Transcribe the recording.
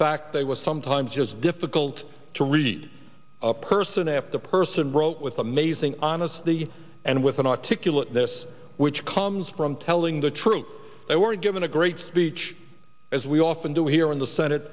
fact they were sometimes just difficult to read a person after person wrote with amazing honest the and with an articulate this which comes from telling the truth they were given a great speech as we often do here in the senate